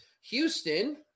Houston